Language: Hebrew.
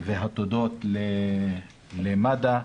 והתודות למד"א,